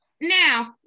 Now